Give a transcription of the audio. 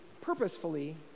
purposefully